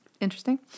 Interesting